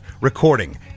recording